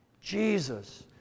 Jesus